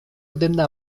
denda